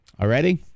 already